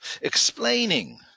explaining